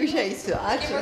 užeisiu ačiū